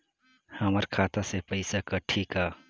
हमर खाता से पइसा कठी का?